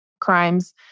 crimes